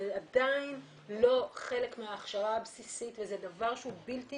זה עדיין לא חלק מההכשרה הבסיסית וזה דבר שהוא בלתי